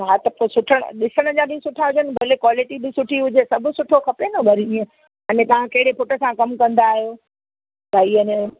हा त पोइ सुठा ॾिसण जा बि सुठा हुजनि भले क्वालिटी बि सुठी हुजे सभु सुठो खपे न वरी ईअं अने तव्हां कहिड़े फुट सां कमु कंदा आहियो भई है न